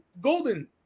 Golden